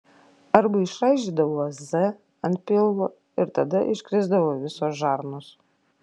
arba išraižydavo z ant pilvo ir tada iškrisdavo visos žarnos